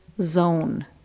zone